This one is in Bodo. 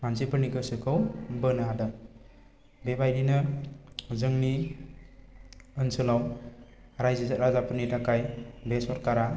मानसिफोरनि गोसोखौ बोनो हादों बेबायदिनो जोंनि ओनसोलाव रायजो राजाफोरनि थाखाय बे सरकारआ